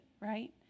right